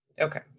Okay